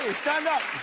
stand up.